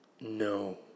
No